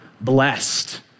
blessed